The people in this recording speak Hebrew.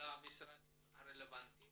למשרדים הרלוונטיים